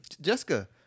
Jessica